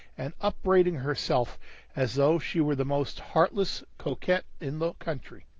and upbraiding herself as though she were the most heartless coquette in the country.